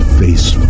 face